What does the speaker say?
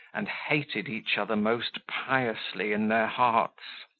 and hated each other most piously in their hearts.